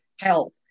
health